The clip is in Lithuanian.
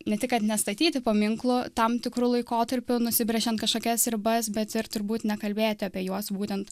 ne tik kad nestatyti paminklų tam tikru laikotarpiu nusibrėžiant kažkokias ribas bet ir turbūt nekalbėti apie juos būtent